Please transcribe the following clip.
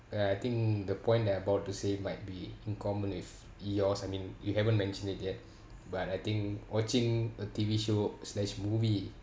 and I think the point that I'm about the say might be in common with yours I mean you haven't mentioned it yet but I think watching a T_V show slash movie